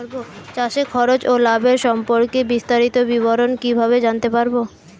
চাষে খরচ ও লাভের সম্পর্কে বিস্তারিত বিবরণ কিভাবে জানতে পারব?